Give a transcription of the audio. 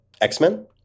X-Men